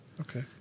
Okay